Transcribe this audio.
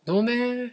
no meh